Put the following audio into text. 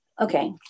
Okay